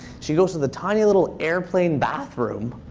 she goes to the tiny little airplane bathroom.